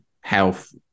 health